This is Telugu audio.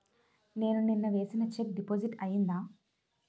నేను నిన్న వేసిన చెక్ డిపాజిట్ అయిందా?